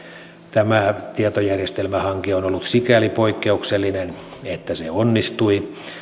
tämä tietojärjestelmähanke on ollut sikäli poikkeuksellinen että se onnistui